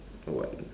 or what